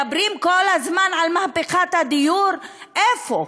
מדברים כל הזמן על מהפכת הדיור, איפה?